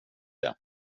det